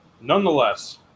Nonetheless